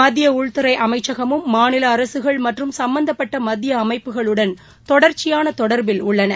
மத்தியஉள்துறைஅமைச்சகமும் மாநிலஅரசுகள் மற்றும் சம்பந்தப்பட்டமத்தியஅமைப்புகளுடன் தொடர்ச்சியானதொடர்பில் உள்ளது